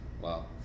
Wow